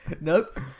Nope